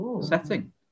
setting